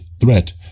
threat